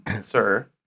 Sir